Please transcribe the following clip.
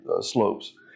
slopes